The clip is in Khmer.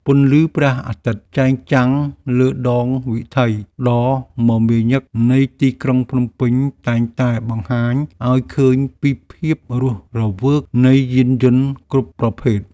ពន្លឺព្រះអាទិត្យចែងចាំងលើដងវិថីដ៏មមាញឹកនៃទីក្រុងភ្នំពេញតែងតែបង្ហាញឱ្យឃើញពីភាពរស់រវើកនៃយានយន្តគ្រប់ប្រភេទ។